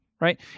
Right